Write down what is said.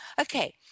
okay